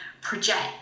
project